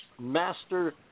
Master